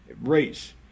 race